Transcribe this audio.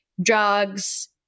drugs